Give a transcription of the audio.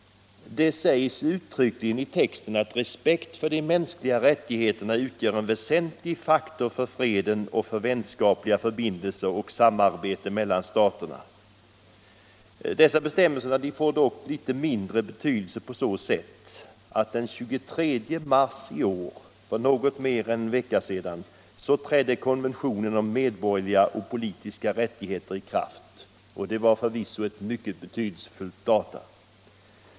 Det sägs uttryckligen i texten att respekt för de mänskliga rättigheterna utgör en väsentlig faktor för freden och för vänskapliga förbindelser och samarbete mellan staterna. Dessa bestämmelser får dock mindre betydelse sedan konventionen om medborgerliga och politiska rättigheter trätt i kraft den 23 mars i år. Det är förvisso ett mycket betydelsefullt datum.